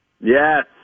yes